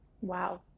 wow